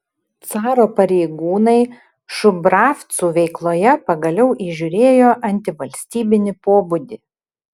caro pareigūnai šubravcų veikloje pagaliau įžiūrėjo antivalstybinį pobūdį